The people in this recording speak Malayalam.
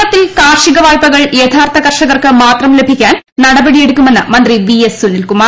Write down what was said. കേരളത്തിൽ ക്രാ്ർഷിക വായ്പകൾ യഥാർത്ഥ കർഷകർക്ക് മാത്രം ലഭിക്കാൻ നടപടിയെടുക്കുമെന്ന് മന്ത്രി വി എസ് സുനിൽ കുമാർ